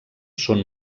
són